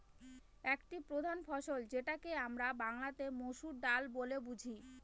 একটি প্রধান ফসল যেটাকে আমরা বাংলাতে মসুর ডাল বলে বুঝি